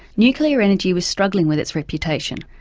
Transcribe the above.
nuclear energy was struggling with its reputation,